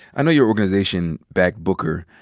i know your organization backed booker,